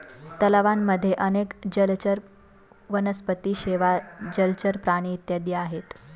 तलावांमध्ये अनेक जलचर वनस्पती, शेवाळ, जलचर प्राणी इत्यादी आहेत